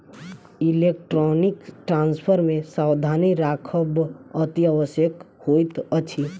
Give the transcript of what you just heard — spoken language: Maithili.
इलेक्ट्रौनीक ट्रांस्फर मे सावधानी राखब अतिआवश्यक होइत अछि